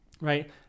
right